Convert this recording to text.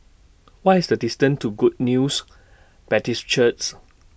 What IS The distance to Good News Baptist Churches